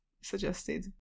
suggested